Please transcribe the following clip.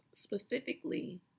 specifically